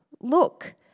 Look